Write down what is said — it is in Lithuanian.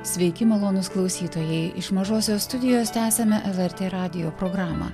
sveiki malonūs klausytojai iš mažosios studijos tęsiame lrt radijo programą